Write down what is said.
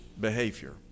behavior